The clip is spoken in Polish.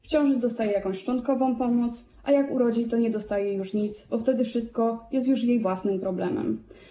W ciąży dostaje jakąś szczątkową pomoc, a jak urodzi, to nie dostaje już nic, bo wtedy wszystko jest już jej własnym problemem.